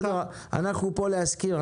אנחנו פה להזכיר,